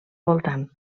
voltant